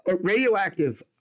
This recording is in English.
Radioactive